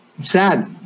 Sad